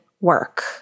work